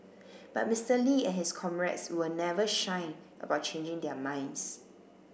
but Mister Lee and his comrades were never shy about changing their minds